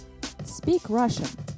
Speakrussian